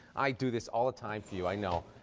i do this all the time for you. i know.